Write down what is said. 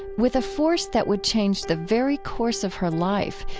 with a force that would change the very course of her life,